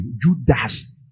Judas